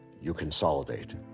you consolidate.